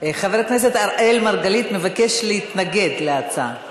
חבר הכנסת אראל מרגלית מבקש להתנגד להצעה.